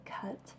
cut